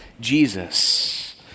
Jesus